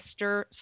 Mr